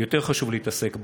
יותר חשוב להתעסק בו,